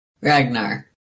Ragnar